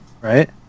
Right